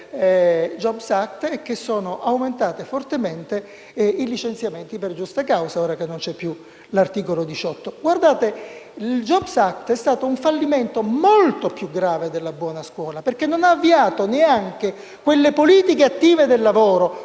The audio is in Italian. *jobs act* è che sono aumentati fortemente i licenziamenti per giusta causa, ora che non c'è più l'articolo 18 dello statuto dei lavoratori. Il *jobs act* è stato un fallimento molto più grave della buona scuola, perché non ha avviato neanche quelle politiche attive del lavoro